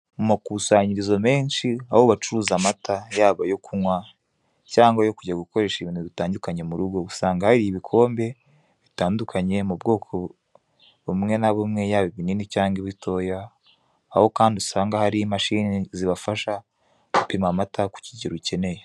Mu makusanyirizo menshi aho bacuruza amata yaba ayo kunywa cyangwa yo kujya gukoresha ibintu bitandukanye mu rugo, usanga hari ibikombe bitandukanye mu bwoko bumwe na bumwe yaba ibinini cyangwa ibitoya, aho kandi usanga hari imashini zibafasha gupima amata ku kigero ukeneye.